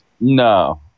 No